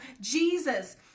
Jesus